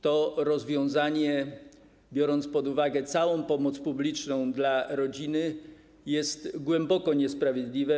To rozwiązanie, jeśli weźmie się pod uwagę całą pomoc publiczną dla rodziny, jest głęboko niesprawiedliwe.